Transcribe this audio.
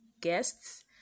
guests